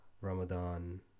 Ramadan